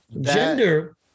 Gender